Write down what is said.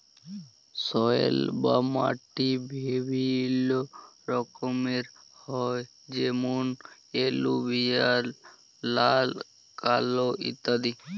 soil বা মাটি বিভিল্য রকমের হ্যয় যেমন এলুভিয়াল, লাল, কাল ইত্যাদি